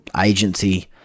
agency